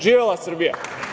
Živela Srbija.